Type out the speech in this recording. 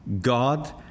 God